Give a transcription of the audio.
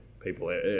People